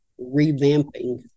revamping